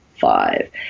five